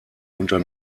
unter